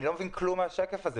אני לא מבין כלום מהשקף הזה.